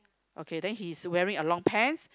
okay then he's wearing a long pants